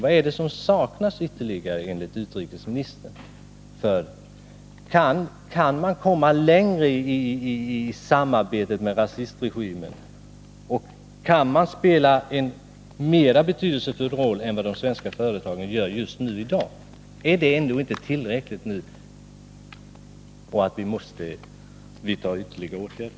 Vad är det som saknas enligt utrikesministerns uppfattning? Kan man egentligen komma längre i samarbetet med rasistregimen? Kan man spela en mera betydelsefull roll än vad de svenska företagen gör just nu? Måste vi inte nu vidta ytterligare åtgärder?